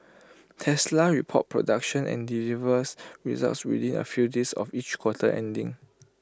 Tesla reports production and delivers results within A few days of each quarter ending